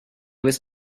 was